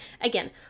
Again